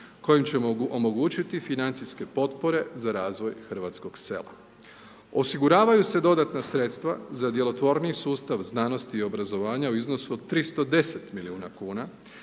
kojim ćemo omogućiti financijske potpore za razvoj hrvatskog sela. Osiguravaju se dodatna sredstava za djelotvorniji sustav znanosti i obrazovanja u iznosu od 310 milijuna kuna